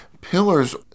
Pillars